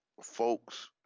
folks